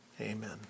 Amen